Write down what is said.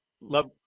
love